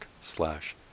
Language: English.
slash